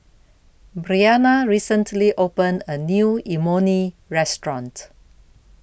Briana recently opened A New Imoni Restaurant